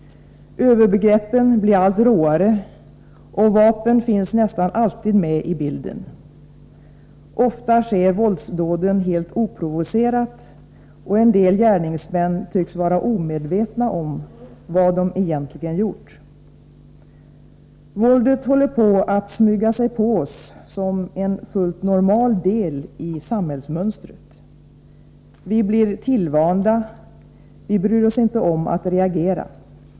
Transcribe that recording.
Övergreppen blir allt råare, och vapen finns nästan alltid med i bilden. Ofta sker våldsdåden helt oprovocerat, och en del gärningsmän tycks vara omedvetna om vad de egentligen har gjort. Våldet håller på att smyga sig på oss som en fullt normal del i samhällsmönstret. Vi blir tillvanda, vi bryr oss inte om att reagera.